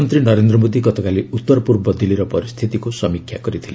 ପ୍ରଧାନମନ୍ତ୍ରୀ ନରେନ୍ଦ୍ର ମୋଦୀ ଗତକାଲି ଉତ୍ତରପୂର୍ବ ଦିଲ୍ଲୀର ପରିସ୍ଥିତିକୁ ସମୀକ୍ଷା କରିଥିଲେ